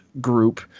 group